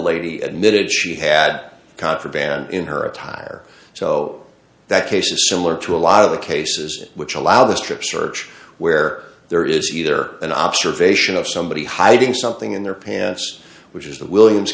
lady admitted she had contraband in her attire so that case is similar to a lot of the cases which allow the strip search where there is either an observation of somebody hiding something in their pants which is the williams